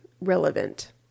relevant